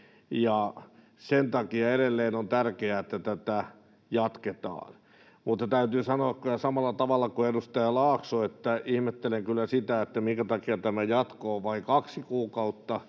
sen takia edelleen on tärkeää, että tätä jatketaan. Mutta täytyy sanoa samalla tavalla kuin edustaja Laakso, että ihmettelen kyllä sitä, minkä takia tämä jatko on vain kaksi kuukautta,